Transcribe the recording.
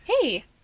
Hey